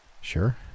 Sure